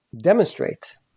demonstrate